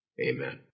Amen